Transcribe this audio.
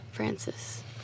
Francis